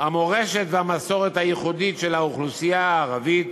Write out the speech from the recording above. המורשת והמסורת הייחודית של האוכלוסייה הערבית